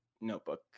notebook